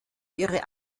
ihre